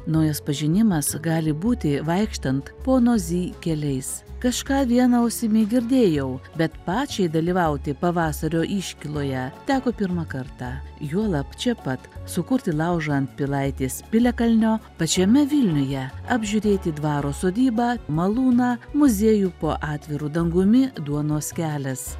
naujas pažinimas gali būti vaikštant pono zy keliais kažką viena ausimi girdėjau bet pačiai dalyvauti pavasario iškyloje teko pirmą kartą juolab čia pat sukurti laužą ant pilaitės piliakalnio pačiame vilniuje apžiūrėti dvaro sodybą malūną muziejų po atviru dangumi duonos kelias